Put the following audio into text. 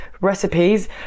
recipes